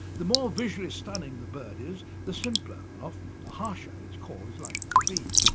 the more visually stunning the bird is, the simpler and often the harsher its call is likely to be.